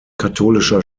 katholischer